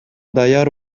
даяр